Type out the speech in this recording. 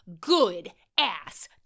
good-ass